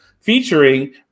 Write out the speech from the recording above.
featuring